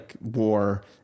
war